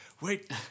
wait